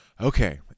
Okay